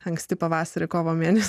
anksti pavasarį kovo mėnesį